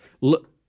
Look